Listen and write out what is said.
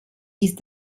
ist